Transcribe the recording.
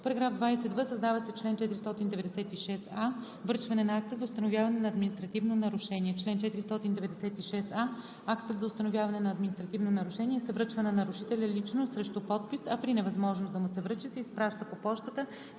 20в: „§ 20в. Създава се чл. 496а: „Връчване на акта за установяване на административно нарушение